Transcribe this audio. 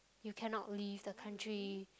you cannot leave the country